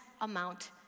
amount